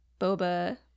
Boba